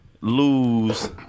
lose